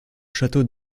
château